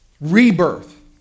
rebirth